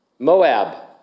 Moab